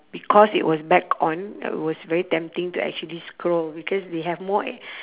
because it was back on it was very tempting to actually scroll because they have more